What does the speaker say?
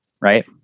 Right